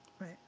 right